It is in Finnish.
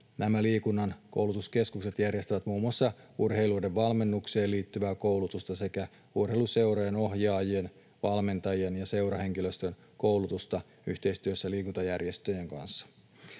nämä liikunnan koulutuskeskukset järjestävät muun muassa urheilijoiden valmennukseen liittyvää koulutusta sekä urheiluseurojen ohjaajien, valmentajien ja seurahenkilöstön koulutusta yhteistyössä liikuntajärjestöjen kanssa.